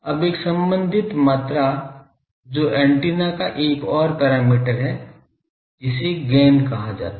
अब एक संबंधित मात्रा जो एंटीना का एक और पैरामीटर है जिसे गैन कहा जाता है